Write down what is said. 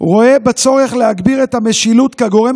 רואה בצורך להגביר את המשילות כגורם